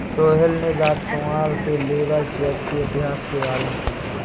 सोहेल ने राजकुमार से labour check के इतिहास के बारे में पूछा